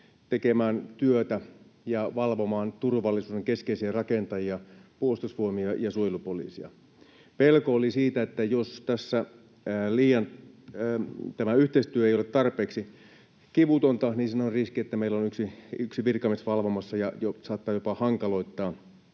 tekemään työtä ja valvomaan turvallisuuden keskeisiä rakentajia, Puolustusvoimia ja suojelupoliisia. Pelko oli siitä, että jos tässä tämä yhteistyö ei ole tarpeeksi kivutonta, niin siinä on riski, että meillä on yksi virkamies valvomassa ja saattaa jopa hankaloittaa